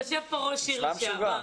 יושב פה ראש עיר לשעבר,